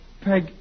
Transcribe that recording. Peg